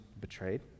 betrayed